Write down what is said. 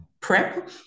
prep